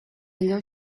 allò